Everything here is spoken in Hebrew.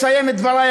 מסיים בברכה,